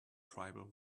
tribal